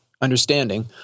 understanding—